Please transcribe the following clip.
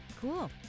Cool